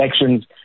elections